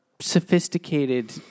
sophisticated